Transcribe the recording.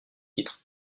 titre